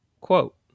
Quote